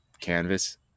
canvas